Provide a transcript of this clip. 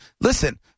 listen